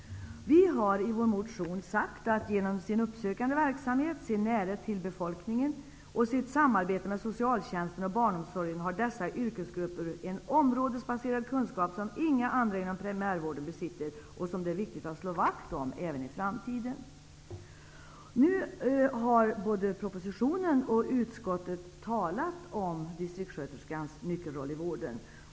Vi har i vår motion sagt att genom sin uppsökande verksamhet, sin närhet till befolkningen och sitt samarbete med socialtjänsten och barnomsorgen har dessa yrkesgrupper en områdesbaserad kunskap som inga andra inom primärvården besitter och som det är viktigt att slå vakt om även i framtiden. Nu har både propositionen och utskottet talat om distriktssköterskans nyckelroll i vården.